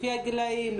לפי הגילאים.